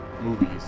movies